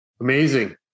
Amazing